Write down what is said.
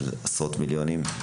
של עשרות מיליונים.